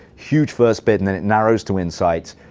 huge first bit, and then it narrows to insights.